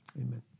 amen